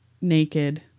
naked